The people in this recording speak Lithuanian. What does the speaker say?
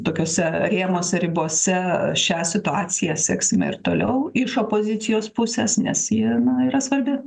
tokiuose rėmuose ribose šią situaciją seksime ir toliau iš opozicijos pusės nes ji na yra svarbi